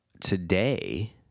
today